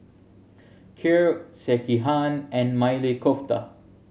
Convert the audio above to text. Kheer Sekihan and Maili Kofta